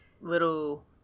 little